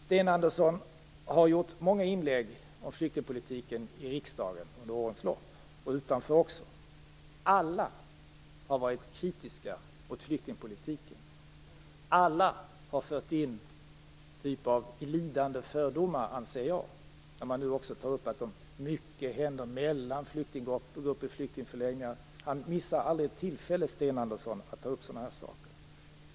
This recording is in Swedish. Sten Andersson har gjort många inlägg om flyktingpolitiken i och utanför riksdagen under årens lopp. Alla har varit kritiska mot flyktingpolitiken. Alla har fört in olika typer av glidande fördomar, anser jag. Nu säger han också att mycket händer mellan flyktinggrupper på flyktingförläggningar. Han missar aldrig ett tillfälle att ta upp sådana saker.